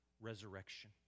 resurrection